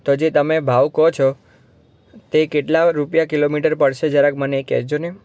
તો જે તમે ભાવ કો છો તે કેટલા રૂપિયા કિલોમીટર પડશે જરાક મને એ કહેજો ને